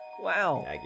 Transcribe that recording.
Wow